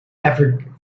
african